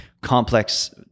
complex